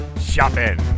shopping